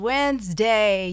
Wednesday